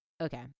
Okay